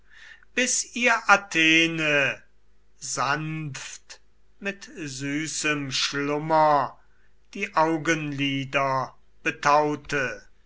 bis ihr athene sanft mit süßem schlummer die augenlider bedeckte